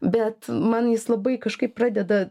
bet man jis labai kažkaip pradeda